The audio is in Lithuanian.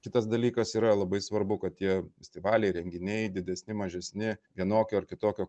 kitas dalykas yra labai svarbu kad tie festivaliai renginiai didesni mažesni vienokio ar kitokio